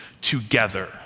together